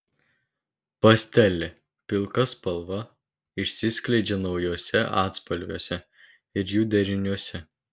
pastelė pilka spalva išsiskleidžia naujuose atspalviuose ir jų deriniuose